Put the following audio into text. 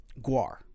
Guar